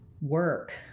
work